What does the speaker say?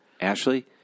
Ashley